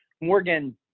Morgan